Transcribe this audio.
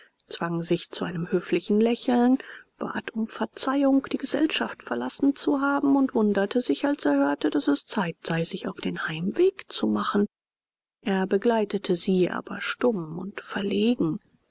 zwang sich zu einem höflichen lächeln bat um verzeihung die gesellschaft verlassen zu haben und wunderte sich als er hörte daß es zeit sei sich auf den heimweg zu machen er begleitete sie aber stumm und verlegen